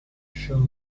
shoes